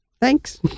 Thanks